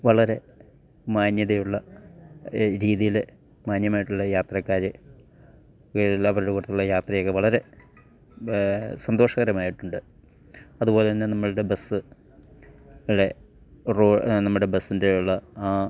വളരെ മാന്യതയുള്ള രീതീൽ മാന്യമായിട്ടുള്ള യാത്രക്കാർ അവരുടെ കൂട്ടത്തിലുള്ള യാത്രയൊക്കെ വളരെ സന്തോഷകരമായിട്ടുണ്ട് അത്പോലെ തന്നെ നമ്മളുടെ ബെസ്കളെ നമ്മുടെ ബെസ്സിൻ്റെയുള്ള ആ